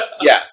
yes